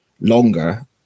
longer